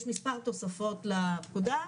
יש מספר תוספות לפקודה,